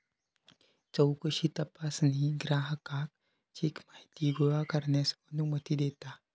चौकशी तपासणी ग्राहकाक चेक माहिती गोळा करण्यास अनुमती देता